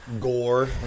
Gore